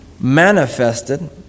manifested